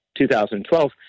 2012